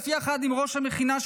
יחד עם ראש המכינה שלו,